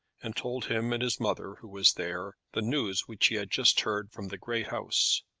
and told him and his mother, who was there, the news which he had just heard from the great house.